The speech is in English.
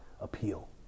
appeal